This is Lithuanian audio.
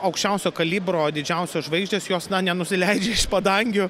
aukščiausio kalibro didžiausios žvaigždės jos na nenusileidžia iš padangių